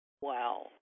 Wow